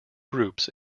groups